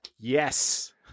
Yes